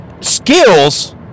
skills